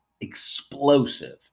explosive